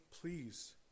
Please